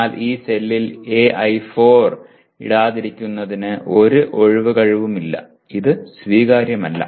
എന്നാൽ ഈ സെല്ലിൽ AI4 ഇടാതിരിക്കുന്നതിന് ഒരു ഒഴികഴിവുമില്ല ഇത് സ്വീകാര്യമല്ല